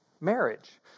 marriage